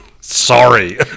Sorry